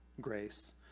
grace